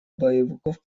боевиков